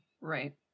Right